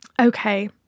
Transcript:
okay